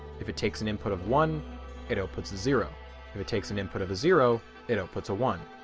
if it takes an input of one it outputs a zero, if it takes an input of a zero it outputs a one,